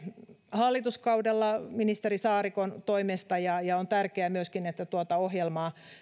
hallituskaudella ministeri saarikon toimesta on tärkeää myöskin että tuota ohjelmaa